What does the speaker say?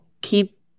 keep